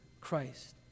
Christ